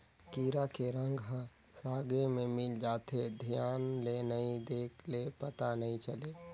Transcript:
कीरा के रंग ह सागे में मिल जाथे, धियान ले नइ देख ले पता नइ चले